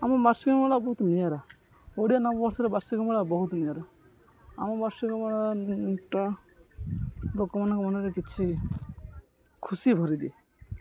ଆମ ବାର୍ଷିକ ମେଳା ବହୁତ ନିଆରା ଓଡ଼ିଆ ନବବର୍ଷରେ ବାର୍ଷିକ ମେଳା ବହୁତ ନିଆରା ଆମ ବାର୍ଷିକ ମେଳାଟା ଲୋକମାନଙ୍କ ମନରେ କିଛି ଖୁସି ଭରିଦିଏ